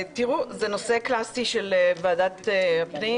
הסביבה): זה נושא קלאסי של ועדת הפנים.